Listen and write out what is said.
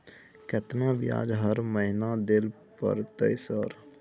केतना ब्याज हर महीना दल पर ट सर?